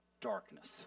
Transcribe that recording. darkness